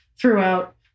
throughout